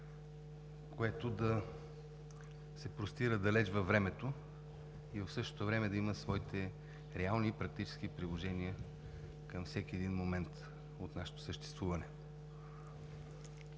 което да се простира далеч във времето и в същото време да има своите реални практически приложения към всеки един момент от нашето съществуване.